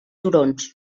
turons